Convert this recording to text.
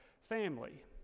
family